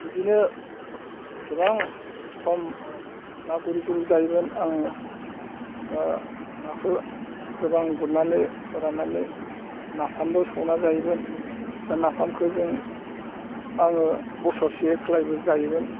बिदिनो गोबां सम ना गुरै गुरै जायोमोन आं दा नाखौ गोबां गुरनानै फोराननानै नाफामबो सावना जायोमोन बे नाफामखौ जों आङो बोसोरसे खालायबो जायोमोन